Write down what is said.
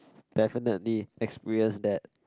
definitely experienced dad